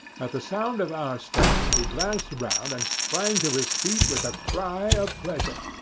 at the sound of our steps he glanced round and sprang to his feet with a cry of pleasure.